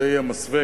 זה יהיה המסווה,